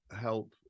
help